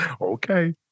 Okay